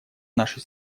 нашей